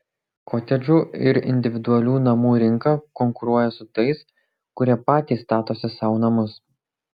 kotedžų ir individualių namų rinka konkuruoja su tais kurie patys statosi sau namus